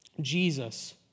Jesus